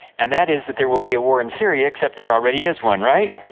and that is that there will be a war in syria, except there already is one, right?